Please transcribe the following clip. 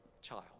child